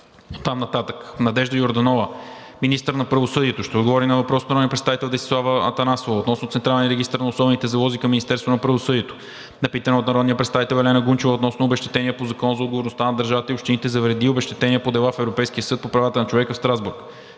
град Русе; Надежда Йорданова – министър на правосъдието, ще отговори на: - въпрос от Десислава Атанасова относно Централния регистър на особените залози към Министерството на правосъдието; - питане от Елена Гунчева относно обезщетения по Закона за отговорността на държавата и общините за вреди и обезщетения по дела в Европейския съд по правата на човека в Страсбург.